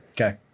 Okay